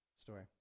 story